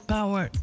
Power